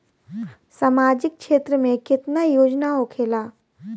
सामाजिक क्षेत्र में केतना योजना होखेला?